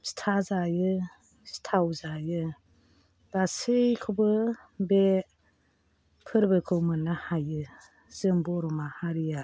फिथा जायो सिथाव जायो गासैखौबो बे फोरबोखौ मोन्नो हायो जों बर' माहारिया